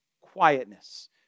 quietness